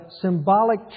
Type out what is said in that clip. symbolic